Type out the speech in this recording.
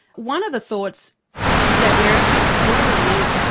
one of the thoughts that we're actually exploring is,